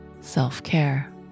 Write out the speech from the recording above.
self-care